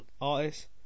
artist